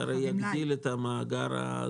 כי כאשר מתקנים קריטריונים זה הרי יגדיל את מעגל הזכאים.